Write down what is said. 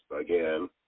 again